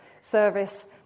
service